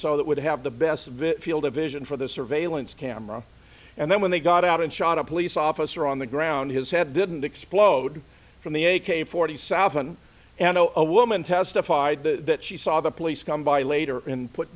so that would have the best of the field of vision for the surveillance camera and then when they got out and shot a police officer on the ground his head didn't explode from the a k forty south on and a woman testified that she saw the police come by later and put